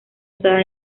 usada